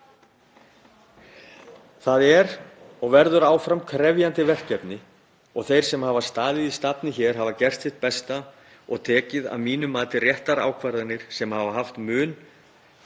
Það eru og verða áfram krefjandi verkefni og þeir sem hafa staðið í stafni hér hafa gert sitt besta og tekið að mínu mati réttar ákvarðanir sem hafa haft og munu hafa